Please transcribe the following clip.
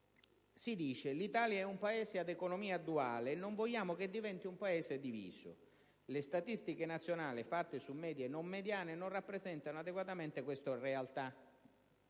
si dice che «L'Italia è un Paese ad economia "duale". Non vogliamo che diventi un Paese diviso. Le statistiche nazionali, fatte su medie non mediane, non rappresentano adeguatamente questa realtà.